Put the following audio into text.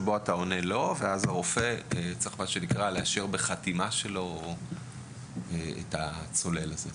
ואז הרופא צריך לאשר בחתימה שלו את הצולל הזה.